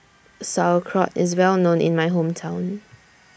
Sauerkraut IS Well known in My Hometown